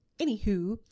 Anywho